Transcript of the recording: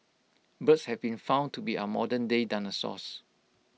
birds have been found to be our modernday dinosaurs